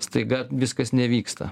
staiga viskas nevyksta